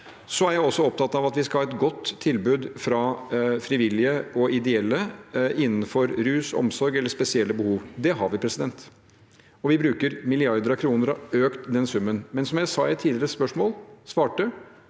Jeg er også opptatt av at vi skal ha et godt tilbud fra frivillige og ideelle innenfor rus, omsorg eller spesielle behov. Det har vi. Vi bruker milliarder av kroner og har økt den summen. Men som jeg svarte i et tidligere spørsmål: Vi